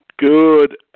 Good